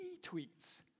retweets